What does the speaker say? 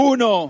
Uno